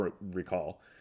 recall